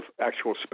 actual